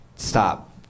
stop